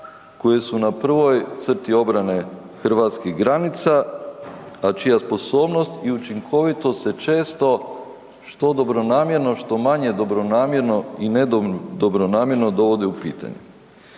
koje su na prvoj crti obrane hrvatskih granica a čija sposobnost i učinkovitost se često što dobronamjerno što manje dobronamjerno i nedobronamjerno, dovodi u pitanje.